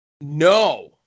No